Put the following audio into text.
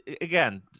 Again